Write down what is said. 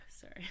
sorry